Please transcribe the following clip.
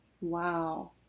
Wow